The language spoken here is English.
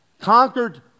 conquered